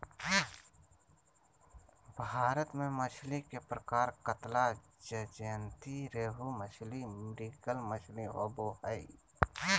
भारत में मछली के प्रकार कतला, ज्जयंती रोहू मछली, मृगल मछली होबो हइ